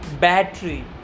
battery